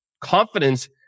Confidence